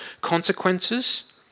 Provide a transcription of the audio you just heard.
consequences